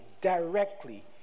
directly